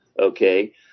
okay